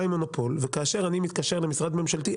כאשר אני מתקשר למשרד ממשלתי,